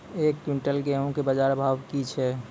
एक क्विंटल गेहूँ के बाजार भाव की छ?